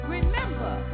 Remember